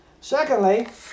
Secondly